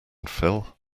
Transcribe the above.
phil